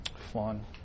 Fun